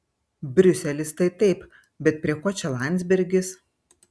briuselis tai taip bet prie ko čia landsbergis